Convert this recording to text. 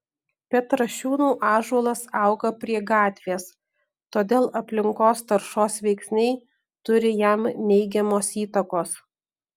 petrašiūnų ąžuolas auga prie gatvės todėl aplinkos taršos veiksniai turi jam neigiamos įtakos